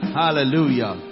hallelujah